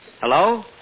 Hello